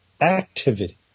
activity